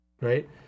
right